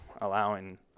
allowing